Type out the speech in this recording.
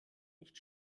nicht